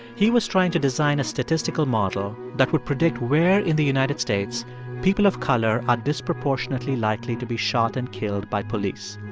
he was trying to design a statistical model that would predict where in the united states people of color are disproportionately likely to be shot and killed by police.